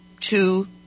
two